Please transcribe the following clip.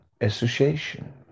association